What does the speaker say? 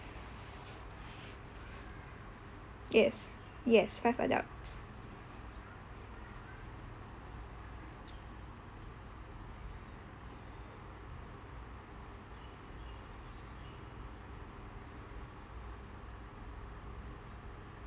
yes yes five adults